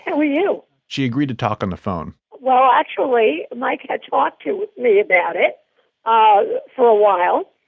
and we knew you know she agreed to talk on the phone well, actually, mike had talked to me about it ah for a while,